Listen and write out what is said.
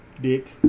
Dick